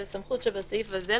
הסעיף הזה,